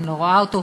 אני לא רואה אותו,